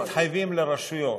הם מתחייבים לרשויות.